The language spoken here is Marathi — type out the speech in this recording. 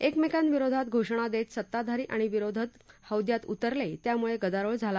एकमेकांविरोधात घोषणा देत सत्ताधारी आणि विरोधक हौद्यात उतरले यामुळे गदारोळ झाला